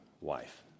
wife